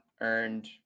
earned